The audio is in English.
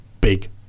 Big